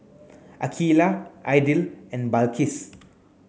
Aqeelah Aidil and Balqis